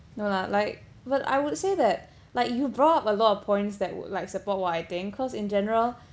no lah like but I would say that like you brought a lot of points that would like support what I think cause in general